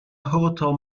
hotel